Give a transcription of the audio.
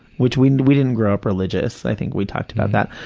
which we we didn't grow up religious i think we talked about that.